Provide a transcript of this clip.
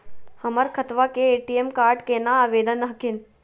हमर खतवा के ए.टी.एम कार्ड केना आवेदन हखिन?